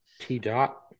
T-Dot